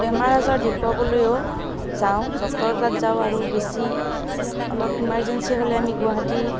বেমাৰ আজাৰ দেখুৱাবলৈও যাওঁ ডক্তৰৰ তাত যাওঁ আৰু বেছি অলপ ইমাৰজেন্সী হ'লে আমি গুৱাহাটী